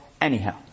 anyhow